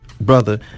Brother